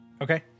Okay